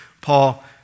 Paul